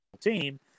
team